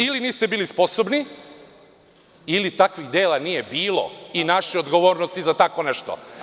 Ili niste bili sposobni, ili takvih dela nije bilo i naše odgovornosti za tako nešto.